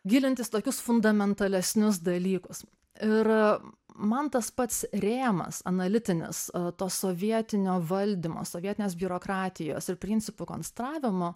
gilintis tokius fundamentalesnius dalykus ir man tas pats rėmas analitinis o to sovietinio valdymo sovietinės biurokratijos ir principų konstravimo